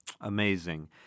Amazing